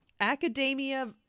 academia